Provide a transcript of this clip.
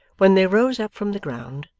when they rose up from the ground,